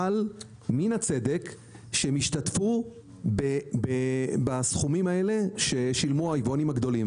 אבל מן הצדק שישתתפו בסכומים הללו ששילמו היבואנים הגדולים,